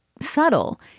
subtle